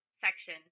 section